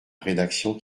rédaction